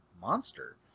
monster